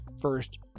first